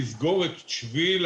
לסגור את השביל,